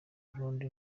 burundi